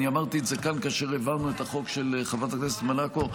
אני אמרתי את זה כאן כאשר העברנו את החוק של חברת הכנסת מלקו.